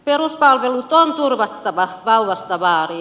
peruspalvelut on turvattava vauvasta vaariin